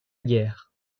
guerre